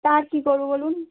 তা আর কী করব বলুন